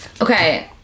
Okay